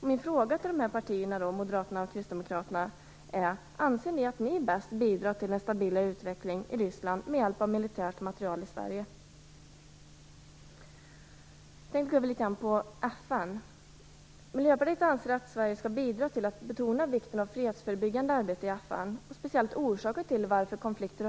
Min fråga till dessa partier, Moderaterna och Kristdemokraterna, är: Anser ni att man bäst bidrar till en stabilare utveckling i Ryssland med hjälp av militär materiel i Sverige? Jag skall så gå över till FN. Miljöpartiet anser att Sverige skall bidra till att betona vikten av förebyggande fredsarbete i FN, speciellt orsaker till konflikter.